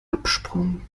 absprung